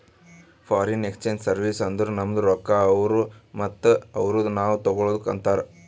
foreign exchange service ಅಂದುರ್ ನಮ್ದು ರೊಕ್ಕಾ ಅವ್ರು ಮತ್ತ ಅವ್ರದು ನಾವ್ ತಗೊಳದುಕ್ ಅಂತಾರ್